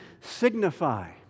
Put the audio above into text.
signify